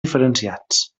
diferenciats